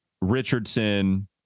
Richardson